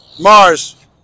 Mars